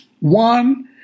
One